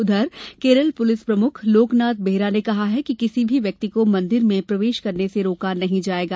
उधर केरल पुलिस प्रमुख लोकनाथ बेहरा ने कहा है कि किसी भी व्यक्ति को मंदिर में प्रवेश करने से रोका नहीं जायेगा